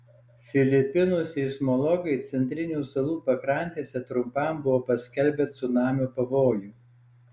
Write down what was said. filipinų seismologai centrinių salų pakrantėse trumpam buvo paskelbę cunamio pavojų